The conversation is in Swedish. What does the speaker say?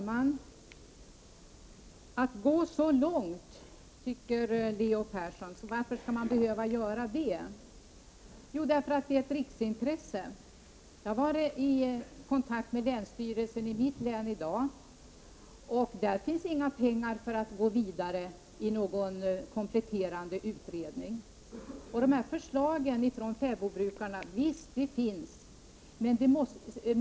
Herr talman! Varför skall man behöva gå så långt, undrar Leo Persson. Jo, därför att det är ett riksintresse. Jag har i dag varit i kontakt med länsstyrelsen i mitt hemlän. Där finns inga pengar för att gå vidare med någon kompletterande utredning. Förslagen som framkommit från fäbodbrukarna finns helt visst.